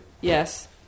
Yes